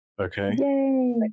Okay